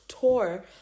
tour